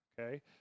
Okay